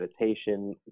meditation